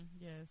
Yes